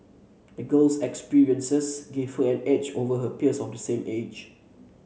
the girl's experiences gave her an edge over her peers of the same age